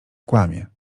kłamie